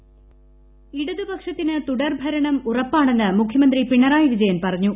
voice ഇടതുപക്ഷത്തിന് തുടർഭരണം ഉറപ്പാണെന്ന് മുഖ്യമന്ത്രി പിണറായി വിജയൻ പറഞ്ഞു